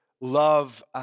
love